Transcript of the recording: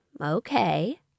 okay